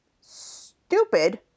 stupid